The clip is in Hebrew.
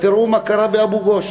אז תראו מה קרה באבו-גוש.